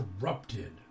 corrupted